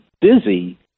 busy